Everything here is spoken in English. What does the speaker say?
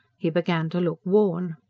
he began to look worn.